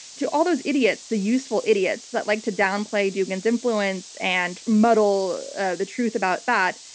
to all those idiots, the useful idiots that like to downplay dugin's influence and muddle ah the truth about that,